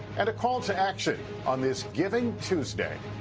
and a call to action on this giving tuesday.